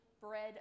Bread